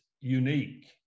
unique